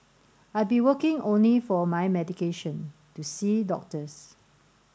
I'd be working only for my medication to see doctors